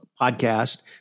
podcast